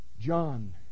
John